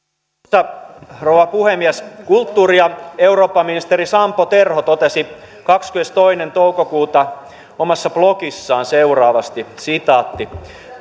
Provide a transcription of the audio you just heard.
arvoisa rouva puhemies kulttuuri ja eurooppaministeri sampo terho totesi kahdeskymmenestoinen toukokuuta omassa blogissaan seuraavasti